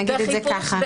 נגיד את זה ככה.